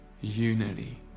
unity